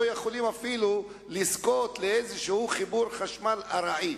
הם לא יכולים אפילו לזכות לאיזשהו חיבור חשמל ארעי.